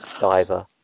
diver